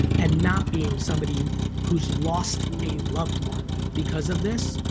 and not being somebody who's lost a loved one because of this,